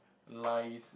lies